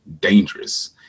dangerous